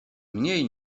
mniej